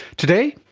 today,